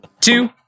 two